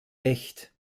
echt